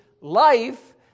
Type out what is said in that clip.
life